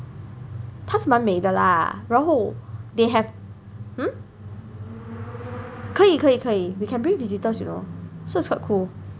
它是蛮美的 lah 然后 they have hmm 可以可以可以 we can bring visitors you know so it's quite cool